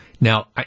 Now